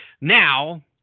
now